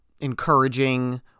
encouraging